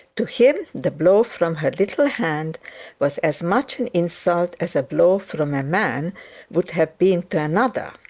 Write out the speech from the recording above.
to him the blow from her little hand was as much an insult as a blow from a man would have been to another.